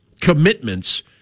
commitments